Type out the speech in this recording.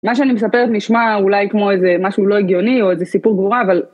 מה שאני מספרת נשמע אולי כמו איזה משהו לא הגיוני או איזה סיפור גבורה אבל